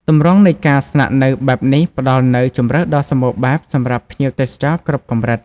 ទម្រង់នៃការស្នាក់នៅបែបនេះផ្តល់នូវ ជម្រើសដ៏សម្បូរបែប សម្រាប់ភ្ញៀវទេសចរគ្រប់កម្រិត។